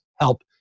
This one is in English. help